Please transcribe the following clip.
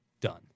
done